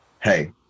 hey